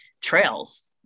trails